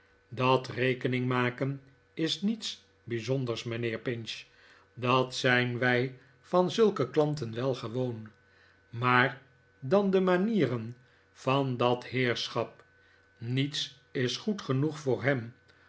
dat rekening maken is niets bijzonders mijnheer pinch dat zijn wij van zulke klanten wel gewoon maar dan de manieren van dat heerschap niets is goed genoeg voor hem